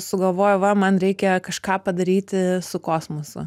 sugalvojo va man reikia kažką padaryti su kosmosu